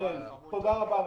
תודה רבה לך.